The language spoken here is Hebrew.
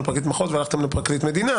פרקליט המחוז והלכתם למשנה לפרקליט המדינה,